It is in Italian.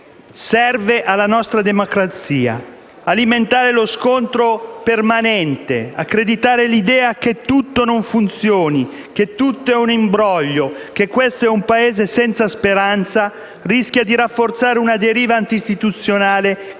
serve alla nostra democrazia. Alimentare lo scontro permanente, accreditare l'idea che tutto non funzioni, che tutto è un imbroglio e che questo è un Paese senza speranza rischia di rafforzare una deriva anti-istituzionale che non è né di destra